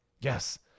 Yes